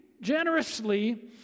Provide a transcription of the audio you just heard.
generously